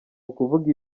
ukuvuga